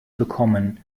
bekommen